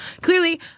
clearly